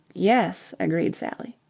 yes, agreed sally.